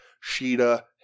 Sheeta